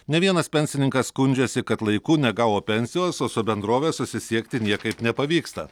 ne vienas pensininkas skundžiasi kad laiku negavo pensijos o su bendrove susisiekti niekai nepavyksta